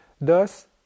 Thus